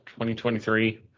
2023